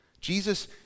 Jesus